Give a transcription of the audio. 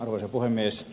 arvoisa puhemies